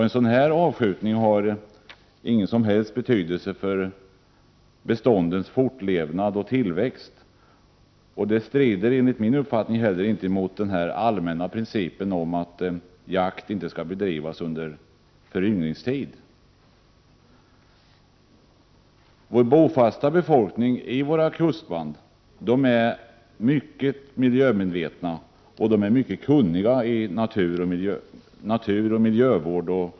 En sådan avskjutning har ingen som helst betydelse för beståndens fortlevnad och tillväxt och strider heller inte emot den allmänna principen att jakt inte skall bedrivas under föryngringstid. Den bofasta befolkningen i våra kustband är mycket miljömedveten och mycket kunnig i naturoch viltvård.